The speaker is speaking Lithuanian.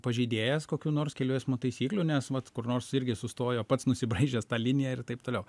pažeidėjas kokių nors kelių eismo taisyklių nes vat kur nors irgi sustojo pats nusibraižęs tą liniją ir taip toliau